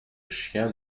chien